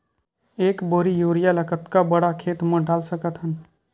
एक बोरी यूरिया ल कतका बड़ा खेत म डाल सकत हन?